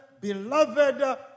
beloved